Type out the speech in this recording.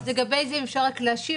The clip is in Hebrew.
לגבי זה אם אפשר רק להשיב.